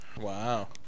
Wow